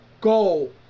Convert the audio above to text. goal